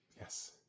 yes